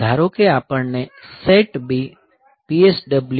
ધારો કે આપણને SETB PSW